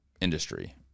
industry